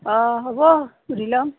অঁ হ'ব সুধি ল'ম